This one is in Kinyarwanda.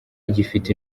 gifite